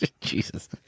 Jesus